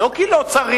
לא כי לא צריך.